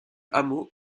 hameau